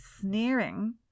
sneering